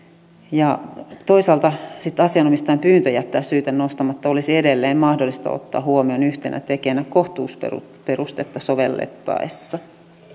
toisaalta asianomistajan pyyntö jättää syyte nostamatta olisi edelleen mahdollista ottaa huomioon yhtenä tekijänä kohtuusperustetta sovellettaessa